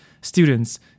students